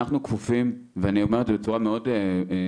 אני אומר את זה בצורה מאוד ברורה,